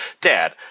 Dad